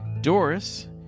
Doris